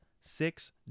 Six